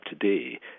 today